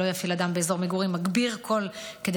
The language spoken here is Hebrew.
שלא יפעיל אדם באזור מגורים מגביר קול כדי